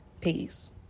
Peace